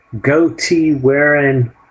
goatee-wearing